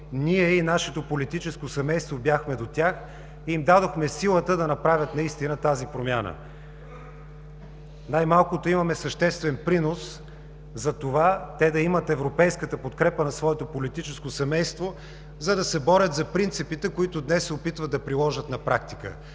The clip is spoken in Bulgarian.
ние и нашето политическо семейство бяхме до тях и им дадохме силата да направят наистина тази промяна. Най-малкото имаме съществен принос за това те да имат европейската подкрепа на своето политическо семейство, за да се борят за принципите, които днес се опитват да приложат на практика